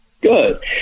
Good